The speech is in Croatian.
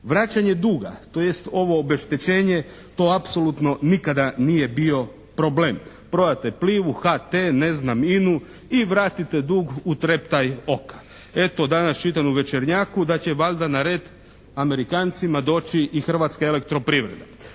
Vraćanje duga, tj. ovo obeštećenje to apsolutno nikada nije bio problem. Prodate Plivu, HT, ne znam INA-u i vratite dug u treptaj oka. Eto, danas čitam u Večernjaku da će valjda na red Amerikancima doći i Hrvatska elektroprivreda.